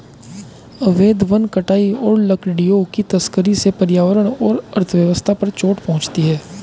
अवैध वन कटाई और लकड़ियों की तस्करी से पर्यावरण और अर्थव्यवस्था पर चोट पहुँचती है